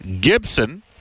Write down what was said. Gibson